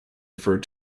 referred